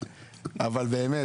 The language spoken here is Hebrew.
אבל באמת,